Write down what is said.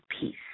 peace